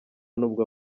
nubwo